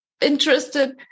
interested